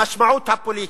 המשמעות הפוליטית.